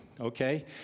okay